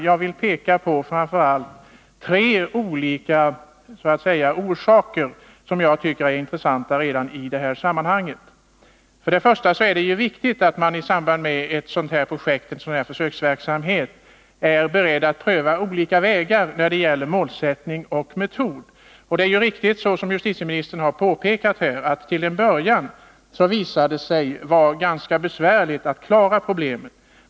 Jag vill ändå peka på framför allt tre olika frågeställningar, som jag tycker är intressanta. För det första är det viktigt att man i samband med en försöksverksamhet av det här slaget är beredd att pröva olika vägar när det gäller målsättning och metod. Justitieministern har helt riktigt påpekat att det till en början visade sig vara ganska besvärligt att klara problemen.